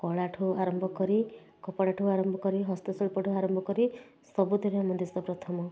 କଳାଠୁ ଆରମ୍ଭକରି କପଡ଼ାଠୁ ଆରମ୍ଭ କରି ହସ୍ତଶିଳ୍ପଠୁ ଆରମ୍ଭ କରି ସବୁଥିରେ ଆମ ଦେଶ ପ୍ରଥମ